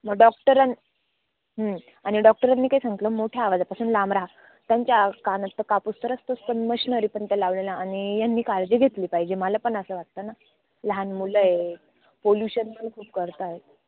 मग डॉक्टरां आणि डॉक्टरांनी काय सांगितलं मोठ्या आवाजापासून लांब रहा त्यांच्या कानात तर कापूस तर असतंच पण मशीनरी पण त्या लावलेला आणि यांनी काळजी घेतली पाहिजे मला पण असं वाटतं ना लहान मुलं आहे पोल्युशन पण खूप करत आहेत